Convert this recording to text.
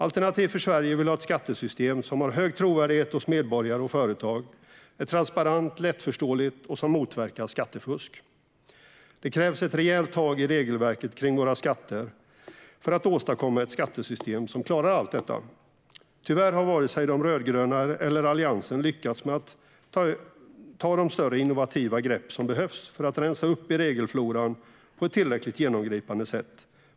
Alternativ för Sverige vill ha ett skattesystem som har stor trovärdighet hos medborgare och företag och som är transparent och lättförståeligt och motverkar skattefusk. Det krävs ett rejält tag i regelverket kring våra skatter för att åstadkomma ett skattesystem som klarar allt detta. Tyvärr har varken de rödgröna eller Alliansen lyckats med att ta de större innovativa grepp som behövs för att rensa upp i regelfloran på ett tillräckligt genomgripande sätt.